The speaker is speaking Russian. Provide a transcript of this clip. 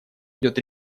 идет